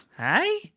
Hey